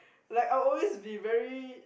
like I'll always be very